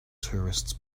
tourists